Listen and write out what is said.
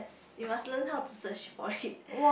you must learn how to search for it